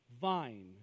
vine